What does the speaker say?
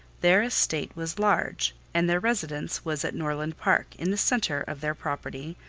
their estate was large, and their residence was at norland park, in the centre of their property,